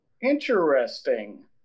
Interesting